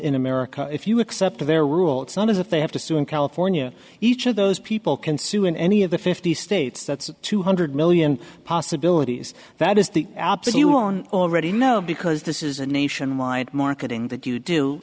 in america if you accept their rule it's not as if they have to sue in california each of those people can sue in any of the fifty states that's two hundred million possibilities that is the absolute already know because this is a nationwide marketing that you do